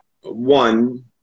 One